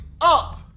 up